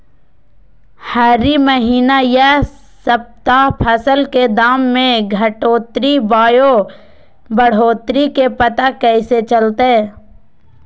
हरी महीना यह सप्ताह फसल के दाम में घटोतरी बोया बढ़ोतरी के पता कैसे चलतय?